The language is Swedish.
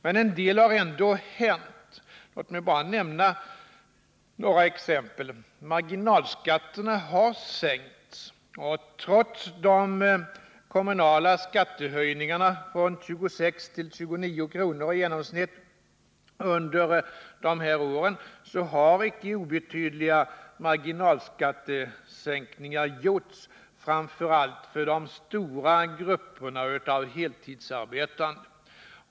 Men en del har ändå hänt, och låt mig bara nämna några exempel. Marginalskatterna har sänkts och trots de kommunala skattehöjningarna, i genomsnitt från 26 till 29 kr.. under dessa år har inte obetydliga marginalskattesänkningar gjorts, framför allt för de stora grupperna av heltidsarbetande.